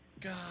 God